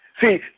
See